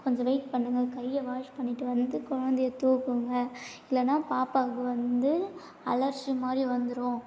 கொஞ்சம் வெயிட் பண்ணுங்கள் கையை வாஷ் பண்ணிட்டு வந்து கொழந்தைய தூக்குங்க இல்லைனா பாப்பாவுக்கு வந்து அலர்ஜி மாதிரி வந்துவிடும்